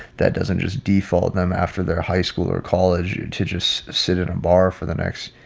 that doesn't just default them after their high school or college to just sit at a bar for the next,